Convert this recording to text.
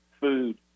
food